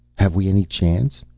have we any chance?